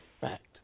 fact